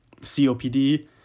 COPD